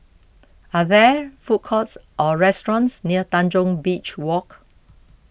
are there food courts or restaurants near Tanjong Beach Walk